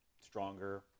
stronger